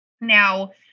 Now